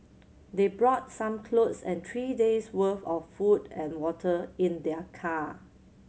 they brought some clothes and three days worth of food and water in their car